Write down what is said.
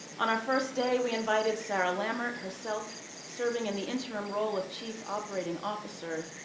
our first day, we invited sarah lammert, herself serving in the interim role of chief operating officer,